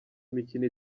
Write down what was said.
imikino